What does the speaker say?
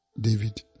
David